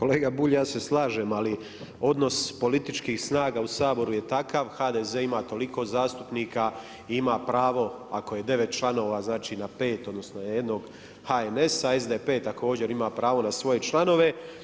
Kolega Bulj ja se slažem jer odnos političkih snaga u Saboru je takav, HDZ ima toliko zastupnika i ima pravo ako je 9 članova, znači na 5 odnosno jednog HNS-a, a SDP također ima pravo na svoje članove.